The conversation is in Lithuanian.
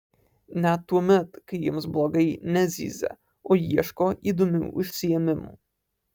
net tuomet kai jiems blogai nezyzia o ieško įdomių užsiėmimų